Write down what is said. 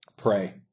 pray